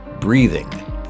breathing